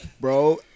bro